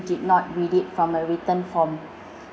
did not read it from a written form